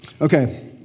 Okay